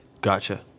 Gotcha